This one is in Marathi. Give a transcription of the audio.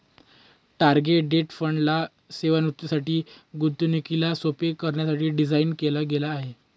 टार्गेट डेट फंड ला सेवानिवृत्तीसाठी, गुंतवणुकीला सोप्प करण्यासाठी डिझाईन केल गेल आहे